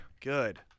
Good